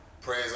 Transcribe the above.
praise